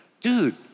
Dude